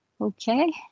Okay